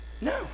No